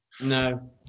no